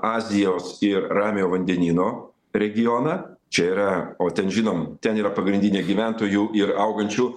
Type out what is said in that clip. azijos ir ramiojo vandenyno regioną čia yra o ten žinom ten yra pagrindinė gyventojų ir augančių